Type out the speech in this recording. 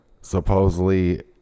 supposedly